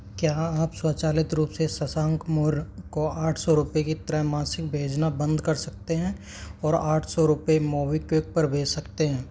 क्या आप स्वचालित रूप से शशांक मौर्य को आठ सौ रुपये की त्रैमासिक भेजना बंद कर सकते हैं और आठ सौ रुपये मोबीक्विक पर भेज सकते हैं